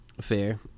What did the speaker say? Fair